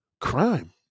crime